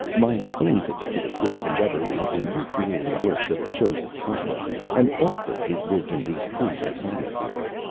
my own particular field of endeavor lies in re-creating the works of joseph conrad, an author who lived in the pre-atomic era.